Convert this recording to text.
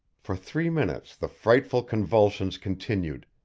for three minutes the frightful convulsions continued.